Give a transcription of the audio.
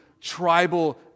tribal